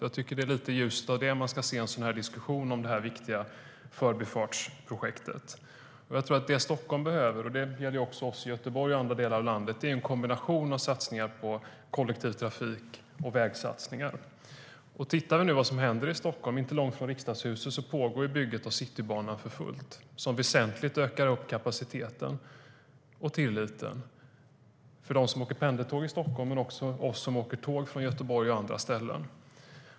Jag tycker att det är lite i ljuset av det man ska se en sådan här diskussion om det viktiga förbifartsprojektet. Vi kan nu titta på vad som händer i Stockholm. Inte långt från riksdagshuset pågår bygget av Citybanan för fullt, som väsentligt ökar kapaciteten och tilliten för dem som åker pendeltåg i Stockholm men också för oss som åker tåg från Göteborg och andra ställen.